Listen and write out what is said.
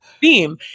theme